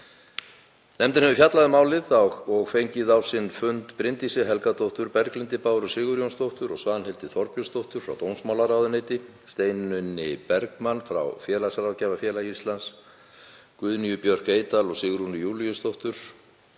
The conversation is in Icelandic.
Nefndin hefur fjallað um málið og fengið á sinn fund Bryndísi Helgadóttur, Berglindi Báru Sigurjónsdóttur og Svanhildi Þorbjörnsdóttur frá dómsmálaráðuneyti, Steinunni Bergmann frá Félagsráðgjafafélagi Íslands, Guðnýju Björk Eydal og Sigrúnu Júlíusdóttur